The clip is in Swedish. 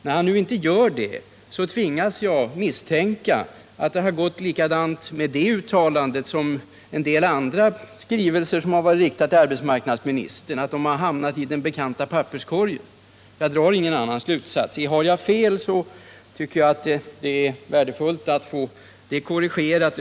När han nu inte gör det, så tvingas jag misstänka att det har gått likadant med det uttalandet som med en del andra skrivelser som varit riktade till arbetsmarknadsministern — att de har hamnat i den bekanta papperskorgen. Jag drar ingen annan slutsats. Har jag fel, så tycker jag att det är värdefullt att få det korrigerat.